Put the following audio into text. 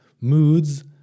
moods